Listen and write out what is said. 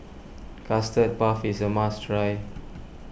Custard Puff is a must try